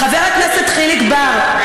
חבר הכנסת חיליק בר,